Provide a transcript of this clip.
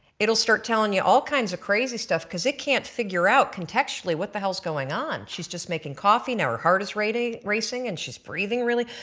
it will start telling you all kinds of crazy stuff because it can't figure out contextually, what the hell is going on she is just making coffee now her heart is racing racing and she is breathing really,